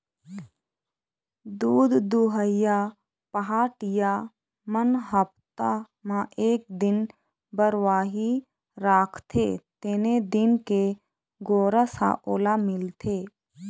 दूद दुहइया पहाटिया मन हप्ता म एक दिन बरवाही राखते तेने दिन के गोरस ह ओला मिलथे